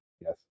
Yes